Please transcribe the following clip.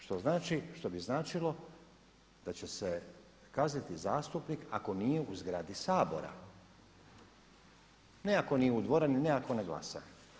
Što znači, što bi značilo da će se kazniti zastupnik ako nije u zgradi Sabora, ne ako nije u dvorani, ne ako ne glasa.